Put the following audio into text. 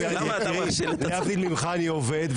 להבדיל ממך אני עובד,